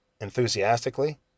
enthusiastically